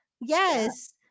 Yes